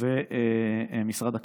ומשרד הכלכלה,